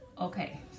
Okay